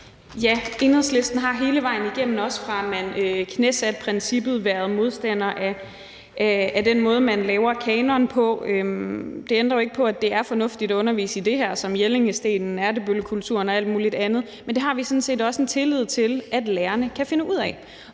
Ja, Enhedslisten har hele vejen igennem, også fra man knæsatte princippet, været modstandere af den måde, man laver kanonen på. Det ændrer jo ikke på, at det er lige så fornuftigt at undervise i det her som i Jellingstenen, Ertebøllekulturen og alt muligt andet, men det har vi sådan set også en tillid til at lærerne kan finde ud af.